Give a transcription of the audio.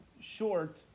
short